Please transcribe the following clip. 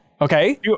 Okay